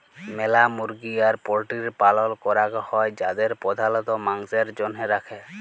ম্যালা মুরগি আর পল্ট্রির পালল ক্যরাক হ্যয় যাদের প্রধালত মাংসের জনহে রাখে